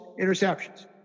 interceptions